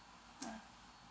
ah